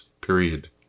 Period